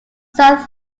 south